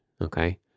okay